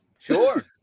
Sure